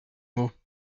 mots